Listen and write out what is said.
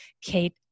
Kate